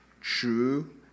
True